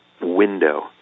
window